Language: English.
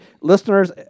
listeners